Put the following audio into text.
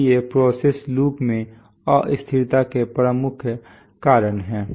तो ये process loop में अस्थिरता के प्रमुख कारण हैं